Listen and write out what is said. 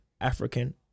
African